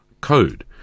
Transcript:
code